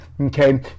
Okay